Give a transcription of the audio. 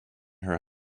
her